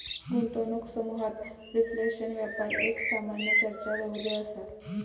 गुंतवणूक समुहात रिफ्लेशन व्यापार एक सामान्य चर्चा रवली असा